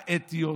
האתיות,